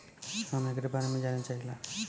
हम एकरे बारे मे जाने चाहीला?